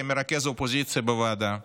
כמרכז האופוזיציה בוועדה,